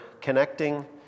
connecting